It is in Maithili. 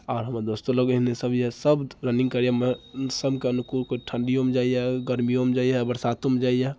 आओर हमर दोस्तो लोग एहने सब यऽ सब रनिङ्ग करैए मो मौसमके अनुकूल केओ ठन्डीयोमे जाइए गर्मियोमे जाइए बरसातोमे जाइए